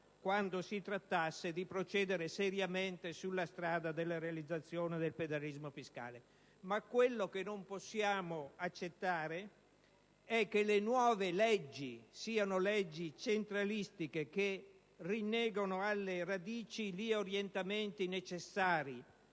quando si trattasse di procedere seriamente sulla strada della realizzazione del federalismo fiscale. Quello che non possiamo accettare è che le nuove leggi siano centralistiche e rinneghino alle radici gli orientamenti necessari